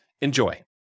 Enjoy